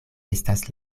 estas